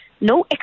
no